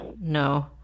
No